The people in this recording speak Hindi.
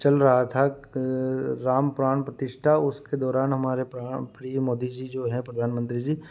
चल रहा था राम प्राण प्रतिष्ठा उसके दौरान हमारे प्राण प्रिय मोदी जी जो हैं प्रधानमंत्री जी